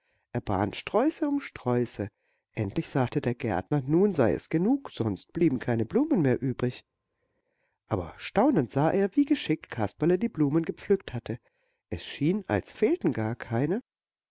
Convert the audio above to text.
er band sträuße um sträuße endlich sagte der gärtner nun sei es genug sonst blieben keine blumen mehr übrig aber staunend sah er wie geschickt kasperle die blumen gepflückt hatte es schien als fehlten gar keine